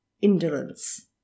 Indolence